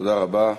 תודה רבה.